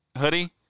hoodie